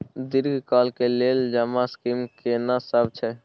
दीर्घ काल के लेल जमा स्कीम केना सब छै?